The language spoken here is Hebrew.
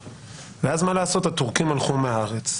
ויכולותיה ואז, מה לעשות, התורכים הלכו מהארץ.